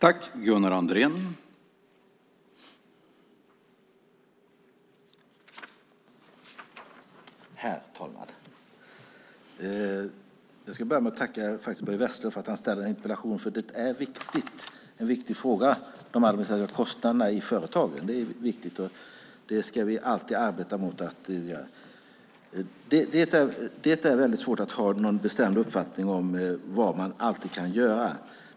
Herr talman! Jag ska börja med att tacka Börje Vestlund för att han ställer den här interpellationen, för de administrativa kostnaderna i företagen är en viktig fråga. Detta ska vi alltid arbeta med. Det är väldigt svårt att ha någon bestämd uppfattning om vad man kan göra.